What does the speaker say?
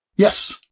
Yes